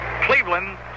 Cleveland